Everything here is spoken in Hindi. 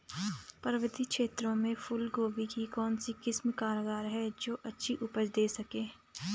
पर्वतीय क्षेत्रों में फूल गोभी की कौन सी किस्म कारगर है जो अच्छी उपज दें सके?